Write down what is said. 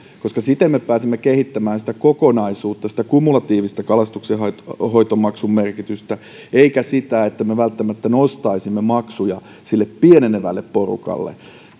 koska siten me pääsemme kehittämään sitä kokonaisuutta sitä kumulatiivista kalastonhoitomaksun merkitystä emmekä sitä että me välttämättä nostaisimme maksuja sille pienenevälle porukalle